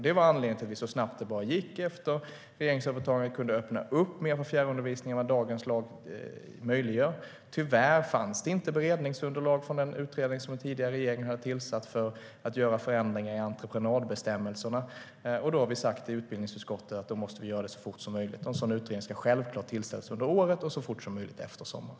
Det var anledningen till att vi, så snabbt som det bara gick efter regeringsövertagandet, öppnade upp för mer fjärrundervisning än vad dagens lag möjliggör. Tyvärr fanns det inte beredningsunderlag från den utredning som den tidigare regeringen hade tillsatt för att göra förändringar i entreprenadbestämmelserna. Då har vi sagt i utbildningsutskottet att vi måste göra det så fort som möjligt. En sådan utredning ska självklart tillsättas under året och så fort som möjligt efter sommaren.